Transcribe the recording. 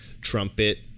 trumpet